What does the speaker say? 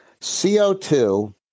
co2